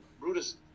Brutus